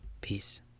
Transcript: Peace